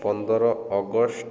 ପନ୍ଦର ଅଗଷ୍ଟ